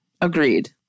Agreed